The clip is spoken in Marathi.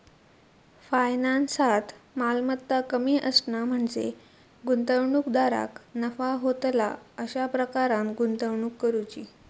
फायनान्सात, मालमत्ता कमी असणा म्हणजे गुंतवणूकदाराक नफा होतला अशा प्रकारान गुंतवणूक करुची